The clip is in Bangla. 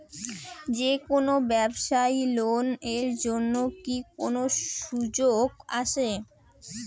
যে কোনো ব্যবসায়ী লোন এর জন্যে কি কোনো সুযোগ আসে?